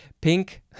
pink